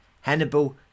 Hannibal